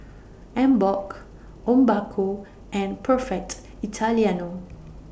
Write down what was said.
Emborg Obaku and Perfect Italiano